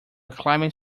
climate